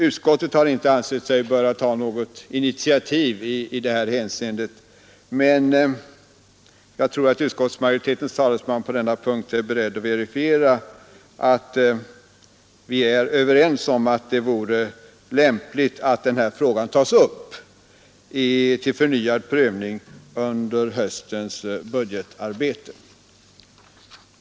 Utskottet har inte ansett sig böra ta något initiativ i det fallet, men jag tror att utskottsmajoritetens talesman på denna punkt är beredd att verifiera, att vi är överens om det lämpliga i att denna fråga tas upp till förnyad prövning under höstens budgetarbete.